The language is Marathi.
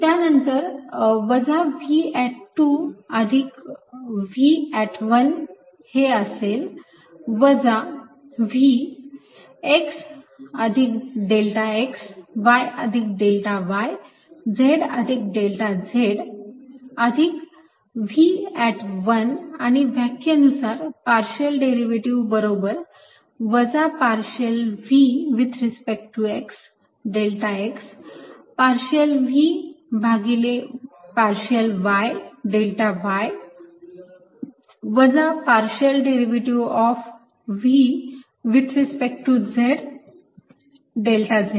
त्यानंतर वजा V अधिक V हे असेल वजा Vx अधिक डेल्टा x y अधिक डेल्टा y z अधिक डेल्टा z अधिक V आणि व्याख्येनुसार पार्शियल डेरिव्हेटिव्ह बरोबर वजा partial V with respect to x delta x partial V भागिले पार्शियल y डेल्टा y वजा partial derivative of V with respect to z delta z